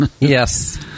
Yes